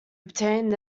obtained